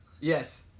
Yes